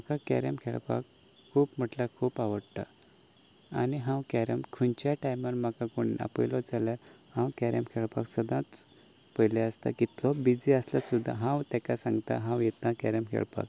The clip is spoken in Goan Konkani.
म्हाका कॅरम खेळपाक खूब म्हटल्या खूब आवडटा आनी हांव कॅरम खुंयच्याय टायमार म्हाका कोणें आपयलोच जाल्या हांव कॅरेम खेळपाक सदांच पयली आसता की कितलोय बिजी आसल्यार सुद्दां हांव ताका सांगतां हांव येता कॅरम खेळपाक